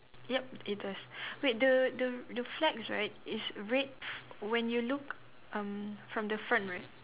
yup it is wait the the the flag right is red when you look um from the front right